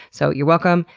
so, you're welcome.